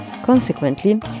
Consequently